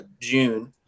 June